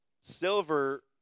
Silver